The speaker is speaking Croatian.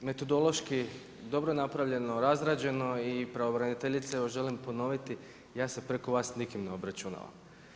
Metodološki dobro je napravljeno, razrađeno i pravobraniteljici želim ponoviti ja se preko vas s nikim ne obračunavam.